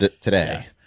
today